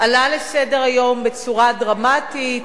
עלה לסדר-היום בצורה דרמטית.